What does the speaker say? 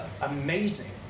amazing